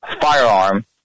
firearm